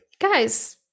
guys